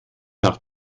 nach